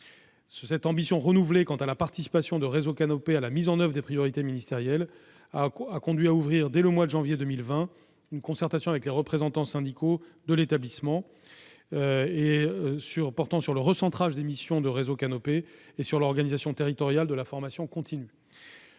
Cette ambition renouvelée quant à la participation du réseau Canopé à la mise en oeuvre des priorités ministérielles nous a conduits à ouvrir, dès le mois de janvier 2020, une concertation avec les représentants syndicaux de l'établissement portant sur le recentrage des missions du réseau Canopé et sur l'organisation territoriale de la formation continue.